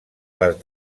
les